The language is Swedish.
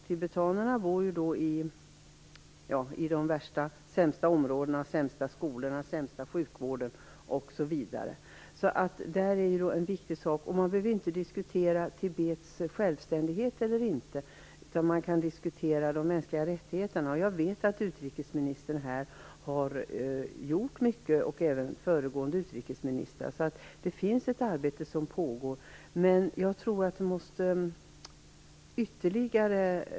Tibetanerna bor i de sämsta områdena och har tillgång till de sämsta skolorna och den sämsta sjukvården. Man behöver ju inte diskutera Tibets självständighet, utan man kan diskutera de mänskliga rättigheterna. Jag vet att utrikesministern och även den föregående utrikesministern har gjort mycket. Det pågår alltså ett arbete, men det behöver stärkas ytterligare.